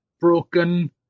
broken